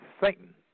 Satan